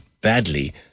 badly